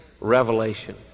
revelation